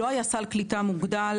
לא היה סל קליטה מוגדל.